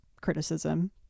criticism